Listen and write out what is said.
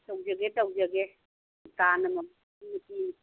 ꯇꯧꯖꯒꯦ ꯇꯧꯖꯒꯦ ꯇꯥꯅ